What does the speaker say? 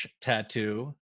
Tattoo